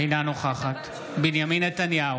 אינה נוכחת בנימין נתניהו,